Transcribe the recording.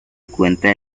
encuentra